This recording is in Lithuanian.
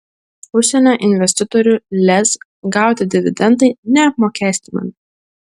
užsienio investitorių lez gauti dividendai neapmokestinami